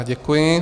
Děkuji.